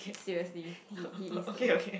seriously he he is a